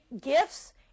gifts